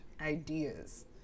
ideas